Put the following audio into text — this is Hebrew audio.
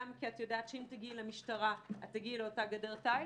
כי את יודעת שאם תגיעי למשטרה את תגיעי לאותה גדר תיל